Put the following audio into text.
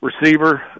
receiver